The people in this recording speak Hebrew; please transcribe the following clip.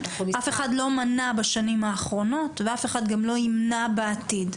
אף אחד לא מנע בשנים האחרונות ואף אחד גם לא ימנע בעתיד.